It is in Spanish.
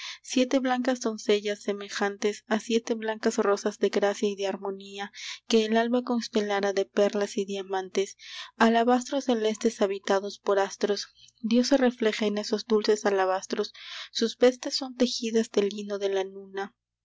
siete blancas doncellas semejantes a siete blancas rosas de gracia y de harmonía que el alba constelara de perlas y diamantes alabastros celestes habitados por astros dios se refleja en esos dulces alabastros sus vestes son tejidas del lino de la luna van